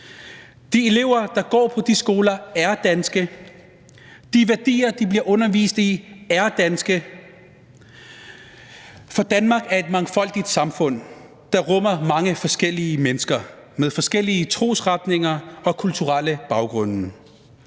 De elever, der går på de skoler, er danske. De værdier, de bliver undervist i, er danske, for Danmark er et mangfoldigt samfund, der rummer mange forskellige mennesker med forskellige trosretninger og kulturelle baggrunde.